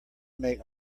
make